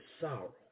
sorrow